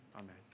Amen